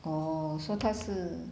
oh so 他是